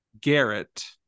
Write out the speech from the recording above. Garrett